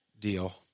deal